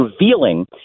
revealing